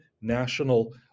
national